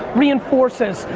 reinforces,